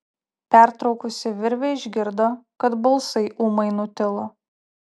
pertraukusi virvę išgirdo kad balsai ūmai nutilo